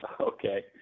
Okay